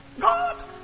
God